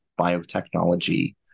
biotechnology